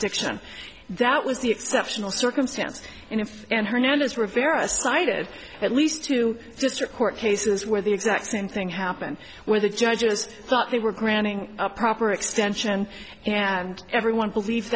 stiction that was the exceptional circumstance and if and hernandez rivera cited at least two district court cases where the exact same thing happened where the judges thought they were granting a proper extension and everyone believe